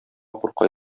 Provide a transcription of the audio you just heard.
курка